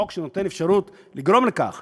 חוק שנותן אפשרות לגרום לכך